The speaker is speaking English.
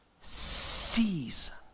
season